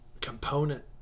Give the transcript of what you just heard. component